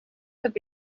could